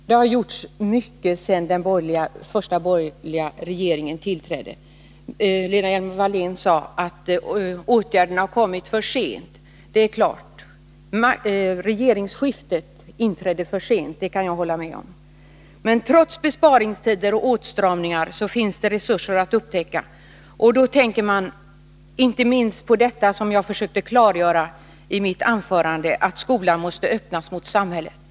Herr talman! Det har gjorts mycket sedan den första borgerliga regeringen tillträdde. Lena Hjelm-Wallén sade att åtgärderna har kommit för sent. Jag kan hålla med om att regeringsskiftet inträffade för sent. Trots besparingstider och åtstramningar finns det resurser att upptäcka. Jag tänker då inte minst på det som jag försökte klargöra i mitt anförande, att skolan måste öppnas mot samhället.